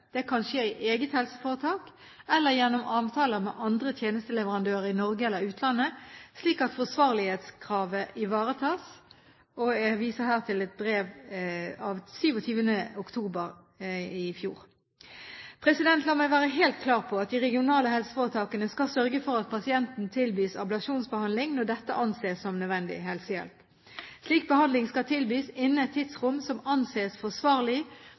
Det kan skje i eget helseforetak eller gjennom avtaler med andre tjenesteleverandører i Norge eller utlandet, slik at forsvarlighetskravet ivaretas. Jeg viser her til brev av 27. oktober i fjor. La meg være helt klar på at de regionale helseforetakene skal sørge for at pasienten tilbys ablasjonsbehandling når dette anses som nødvendig helsehjelp. Slik behandling skal tilbys innen et tidsrom som anses